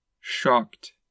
shocked